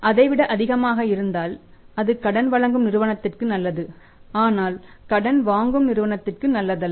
அதை விட அதிகமாக இருந்தால் அது கடன் வழங்கும் நிறுவனத்திற்கு நல்லது ஆனால் கடன் வாங்கும் நிறுவனத்திற்கு நல்லதல்ல